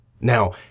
Now